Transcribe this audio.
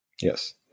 yes